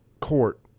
court